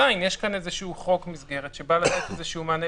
לראות אם רמת החיוניות במוקד הטלפוני שמשרד הרווחה מספק